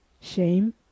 shame